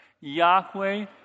Yahweh